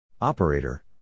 Operator